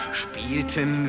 spielten